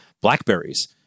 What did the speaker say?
blackberries